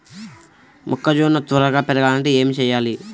మొక్కజోన్న త్వరగా పెరగాలంటే ఏమి చెయ్యాలి?